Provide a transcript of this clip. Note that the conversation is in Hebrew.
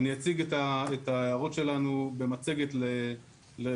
אני אציג את ההערות שלנו במצגת לחברים,